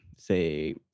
say